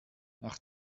nach